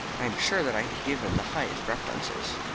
i am sure that i could give him the highest references.